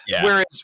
Whereas